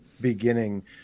beginning